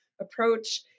approach